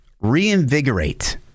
reinvigorate